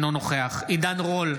אינו נוכח עידן רול,